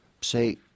say